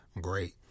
great